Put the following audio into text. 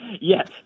Yes